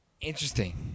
Interesting